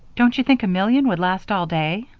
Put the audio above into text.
don't you think a million would last all day?